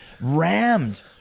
rammed